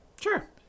Sure